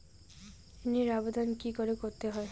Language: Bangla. ঋণের আবেদন কি করে করতে হয়?